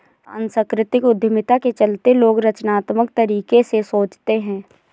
सांस्कृतिक उद्यमिता के चलते लोग रचनात्मक तरीके से सोचते हैं